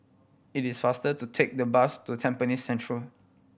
it is faster to take the bus to Tampines Central